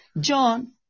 John